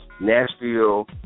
Nashville